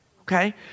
okay